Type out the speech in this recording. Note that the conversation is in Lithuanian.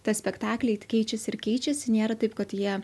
ta spektakliai keičiasi ir keičiasi nėra taip kad jie